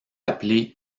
appelé